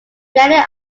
many